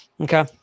Okay